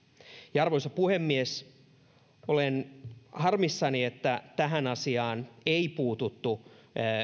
ja arvoisa puhemies olen harmissani että tähän asiaan ei puututtu